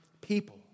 people